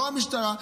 לא המשטרה.